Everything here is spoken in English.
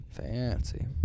Fancy